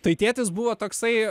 tai tėtis buvo toksai